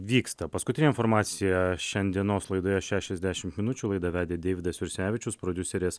vyksta paskutinė informacija šiandienos laidoje šešiasdešimt minučių laidą vedė deividas jursevičius prodiuserės